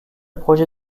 projet